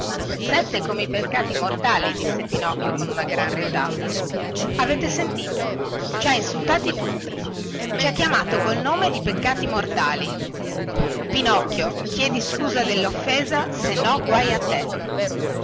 sette sette come i peccati mortali disse pinocchio con una gran risata avete sentito ci ha insultati tutti ci ha chiamati col nome di peccati mortali pinocchio chiedici scusa delloffesa se no guai a te